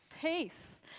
Peace